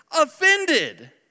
offended